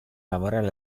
lavorare